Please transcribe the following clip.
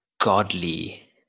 godly